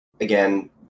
again